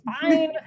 fine